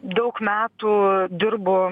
daug metų dirbu